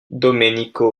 domenico